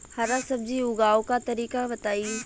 हरा सब्जी उगाव का तरीका बताई?